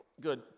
good